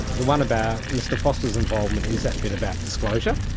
the one about mr foster's involvement is that bit about disclosure.